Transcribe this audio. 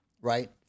right